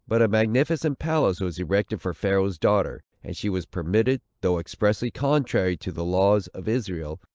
but a magnificent palace was erected for pharaoh's daughter and she was permitted, though expressly contrary to the laws of israel,